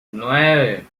nueve